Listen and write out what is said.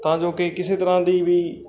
ਤਾਂ ਜੋ ਕਿ ਕਿਸੇ ਤਰ੍ਹਾਂ ਦੀ ਵੀ